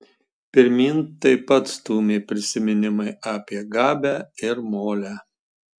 pirmyn taip pat stūmė prisiminimai apie gabę ir molę